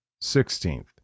Sixteenth